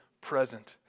present